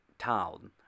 Town